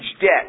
debt